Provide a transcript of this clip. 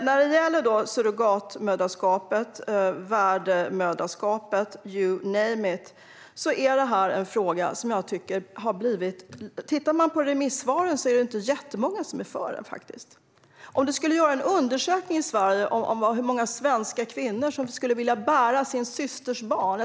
När det gäller surrogatmoderskapet, värdmoderskapet - you name it - är det inte många remissvar som är för det. Jag skulle vilja se en undersökning om hur många svenska kvinnor som skulle vilja bära sin systers barn.